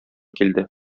килде